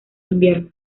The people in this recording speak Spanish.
invierno